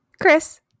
Chris